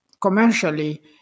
commercially